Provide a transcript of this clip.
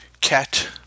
cat